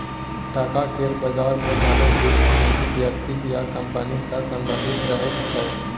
टका केर बजार मे धनक रिस्क निजी व्यक्ति या कंपनी सँ संबंधित रहैत छै